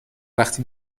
وقتی